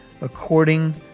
according